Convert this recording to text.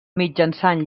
mitjançant